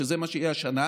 שזה מה שיהיה השנה,